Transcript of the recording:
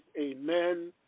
Amen